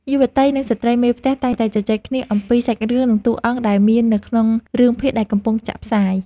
យុវតីនិងស្ត្រីមេផ្ទះតែងតែជជែកគ្នាអំពីសាច់រឿងនិងតួអង្គដែលមាននៅក្នុងរឿងភាគដែលកំពុងចាក់ផ្សាយ។